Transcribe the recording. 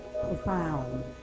profound